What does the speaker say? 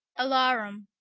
alarum.